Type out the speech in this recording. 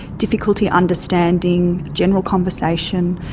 difficulty understanding general conversation,